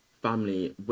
family